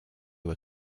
were